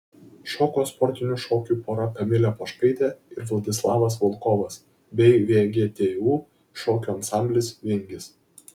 šoko sportinių šokių pora kamilė poškaitė ir vladislavas volkovas bei vgtu šokių ansamblis vingis